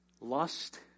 lust